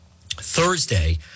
Thursday